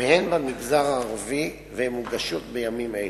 והן במגזר הערבי, מגובשות בימים אלה.